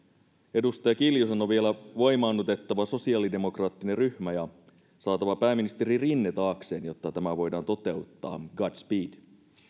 edustaja kiljusen on vielä voimaannutettava sosiaalidemokraattinen ryhmä ja saatava pääministeri rinne taakseen jotta tämä voidaan toteuttaa godspeed